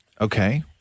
Okay